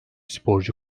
sporcu